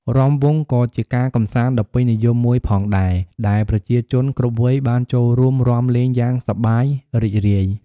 រាំវង់ ក៏ជាការកម្សាន្តដ៏ពេញនិយមមួយផងដែរ ដែលប្រជាជនគ្រប់វ័យបានចូលរួមរាំលេងយ៉ាងសប្បាយរីករាយ។